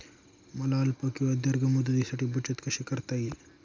मला अल्प किंवा दीर्घ मुदतीसाठी बचत कशी करता येईल?